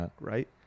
right